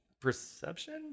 perception